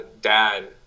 dad